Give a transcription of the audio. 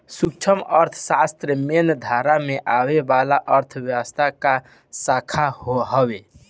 सूक्ष्म अर्थशास्त्र मेन धारा में आवे वाला अर्थव्यवस्था कअ शाखा हवे